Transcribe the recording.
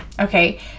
okay